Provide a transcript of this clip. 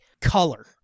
color